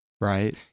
right